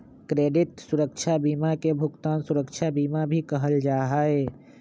credit सुरक्षा बीमा के भुगतान सुरक्षा बीमा भी कहल जा हई